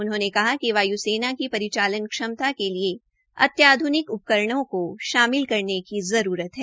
उन्होंने कहा कि वायु सेना की परिचालन क्षमता के लिए अत्याध्निक उपकरणों को शामिल करने की आवश्यक्ता है